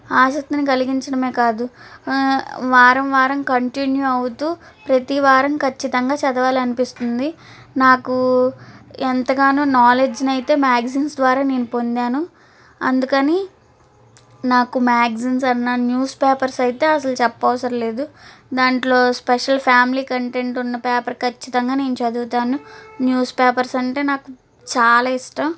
ఆసక్తిని కలిగించడమే కాదు వారం వారం కంటిన్యూ అవుతూ ప్రతివారం ఖచ్చితంగా చదవాలి అనిపిస్తుంది నాకు ఎంతగానో నాలెడ్జ్ అయితే మ్యాగ్జిన్స్ ద్వారా నేను పొందాను అందుకని నాకు మ్యాగ్జిన్స్ అన్న న్యూస్ పేపర్స్ అయితే అసలు చెప్పవసరం లేదు దాంట్లో స్పెషల్ ఫ్యామిలీ కంటెంట్ ఉన్న పేపర్ ఖచ్చితంగా నేను చదువుతాను న్యూస్ పేపర్స్ అంటే నాకు చాలా ఇష్టం